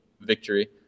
victory